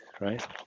right